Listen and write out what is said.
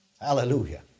Hallelujah